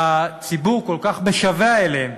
שהציבור כל כך משווע אליהן?